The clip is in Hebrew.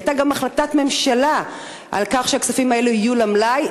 והייתה גם החלטת ממשלה שהכספים האלה יהיו למלאי,